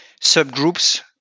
subgroups